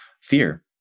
fear